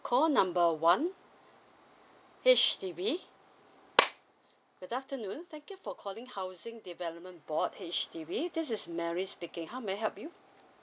call number one H_D_B good afternoon thank you for calling housing development board H_D_B this is mary speaking how may I help you